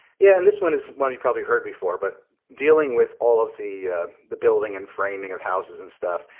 yeah, and this one is one you've probably heard before. but dealing with all of the the building and framing of houses and stuff.